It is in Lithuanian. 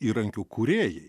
įrankių kūrėjai